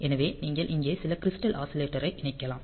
எனவே நீங்கள் இங்கே சில கிரிஸ்டல் ஆஸிலேட்டரை இணைக்கலாம்